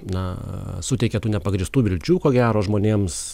na suteikė tų nepagrįstų vilčių ko gero žmonėms